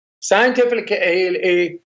scientifically